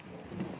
Hvala